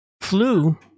flu